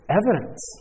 evidence